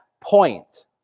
point